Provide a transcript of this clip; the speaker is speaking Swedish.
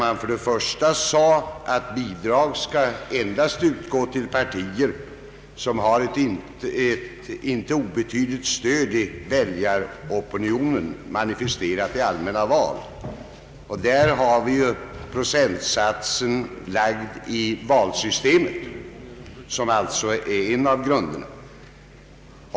Man ansåg först och främst att bidrag borde utgå endast till partier som hade ett icke obetydligt stöd i väljaropinionen, manifesterat i allmänna val. Med hänsyn härtill har de procentsatser jag här nämnt fastställts i det nya valsystemet.